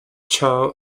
chow